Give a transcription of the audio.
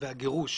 והגירוש